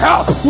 Help